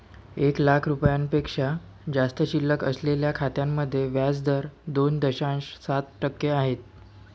एक लाख रुपयांपेक्षा जास्त शिल्लक असलेल्या खात्यांमध्ये व्याज दर दोन दशांश सात टक्के आहे